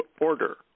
order